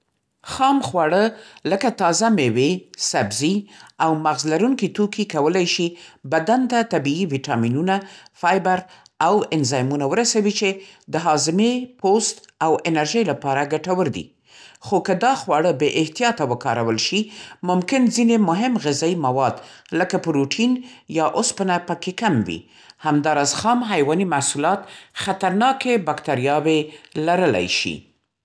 خام خواړه لکه تازه میوې، سبزي او مغز لرونکي توکي کولی شي بدن ته طبیعي ویټامینونه، فایبر او انزایمونه ورسوي، چې د هاضمې، پوست او انرژۍ لپاره ګټور دي. خو که دا خواړه بې احتیاطه وکارول شي، ممکن ځینې مهم غذایي مواد لکه پروتین یا اوسپنه پکې کم وي. همداراز، خام حیواني محصولات خطرناکې باکتریاوې لرلی شي.